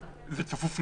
שזה צפוף נורא.